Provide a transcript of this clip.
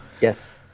yes